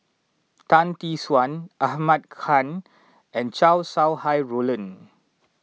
Tan Tee Suan Ahmad Khan and Chow Sau Hai Roland